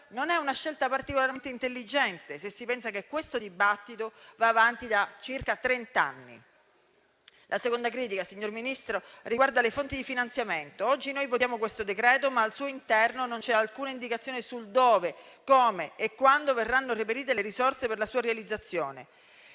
non è una scelta particolarmente intelligente, se si pensa che questo dibattito va avanti da circa trent'anni. La seconda critica, signor Ministro, riguarda le fonti di finanziamento. Oggi noi votiamo il presente decreto-legge, ma al suo interno non c'è alcuna indicazione su dove, come e quando verranno reperite le risorse per la sua realizzazione.